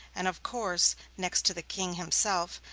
and, of course, next to the king himself,